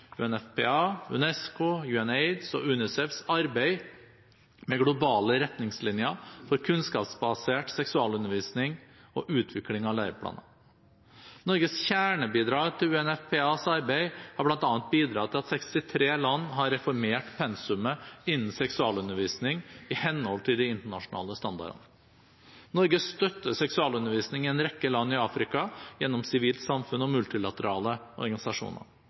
UNAIDS’ og UNICEFs arbeid med globale retningslinjer for kunnskapsbasert seksualundervisning og utvikling av læreplaner. Norges kjernebidrag til UNFPAs arbeid har bl.a. bidratt til at 63 land har reformert pensumet innen seksualundervisning i henhold til de internasjonale standardene. Norge støtter seksualundervisning i en rekke land i Afrika gjennom sivilt samfunn og multilaterale organisasjoner.